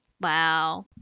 Wow